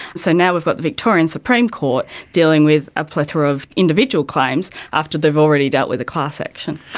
so now we've got the victorian supreme court dealing with a plethora of individual claims after they've already dealt with a class action.